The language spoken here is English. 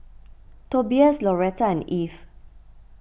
Tobias Lauretta and Eve